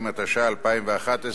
התשע"א 2011,